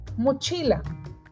mochila